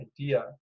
idea